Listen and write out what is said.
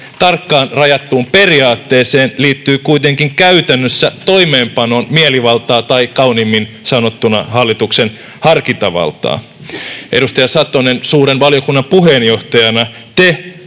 tarkkaan rajattuun periaatteeseen liittyy kuitenkin käytännössä toimeenpanon mielivaltaa tai kauniimmin sanottuna hallituksen harkintavaltaa. Edustaja Satonen, suuren valiokunnan puheenjohtajana te